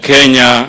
Kenya